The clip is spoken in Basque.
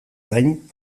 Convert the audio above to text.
gain